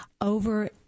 over